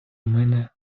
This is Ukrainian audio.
мене